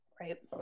right